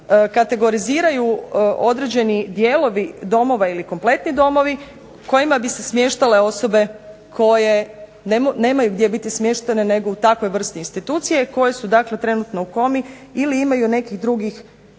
kategoriziraju određeni dijelovi domova ili kompletni domovi u kojima bi se smještale osobe koje nemaju gdje biti smještene nego u takvoj vrsti institucije i koje su dakle trenutno u komi ili imaju nekih drugih